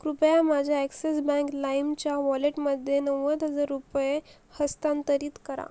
कृपया माझ्या Axis bank लाईमच्या वॉलेटमध्ये नव्वद हजार रुपये हस्तांतरित करा